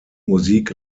musik